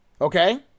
Okay